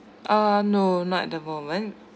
uh no not at the moment